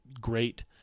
great